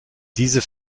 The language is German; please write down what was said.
diese